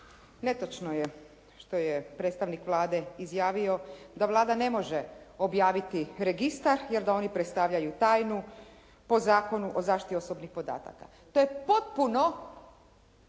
Netočno je što je predstavnik Vlade izjavio da Vlada ne može objaviti registar jer da oni predstavljaju tajnu po Zakonu o zaštiti osobnih podataka. To je potpuno